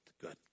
Good